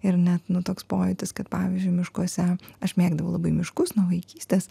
ir net nu toks pojūtis kad pavyzdžiui miškuose aš mėgdavau labai miškus nuo vaikystės